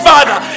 Father